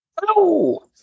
Hello